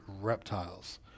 reptiles